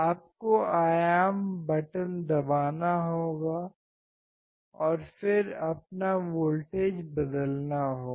आपको आयाम बटन दबाना होगा और फिर अपना वोल्टेज बदलना होगा